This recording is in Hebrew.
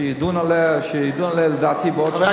שתדון עליה לדעתי בעוד שבועיים,